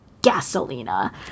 Gasolina